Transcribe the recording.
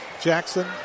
Jackson